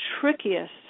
trickiest